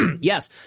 Yes